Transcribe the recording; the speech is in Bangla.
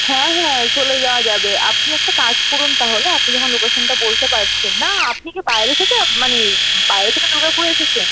হ্যাঁ হ্যাঁ চলে যাওয়া যাবে আপনি একটা কাজ করুন তাহলে আপনি যখন লোকেশনটা বলতে পারছেন না আপনি কী বাইরে থেকে মানে বাইরে থেকে দুর্গাপুরে এসেছেন